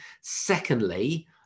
Secondly